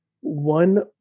one